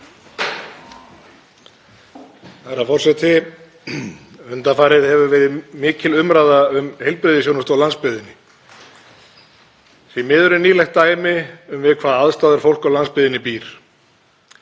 Herra forseti. Undanfarið hefur verið mikil umræða um heilbrigðisþjónustu á landsbyggðinni. Því miður er nýlegt dæmi um við hvaða aðstæður fólk á landsbyggðinni býr